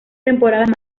temporadas